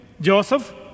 Joseph